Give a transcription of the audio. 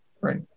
Right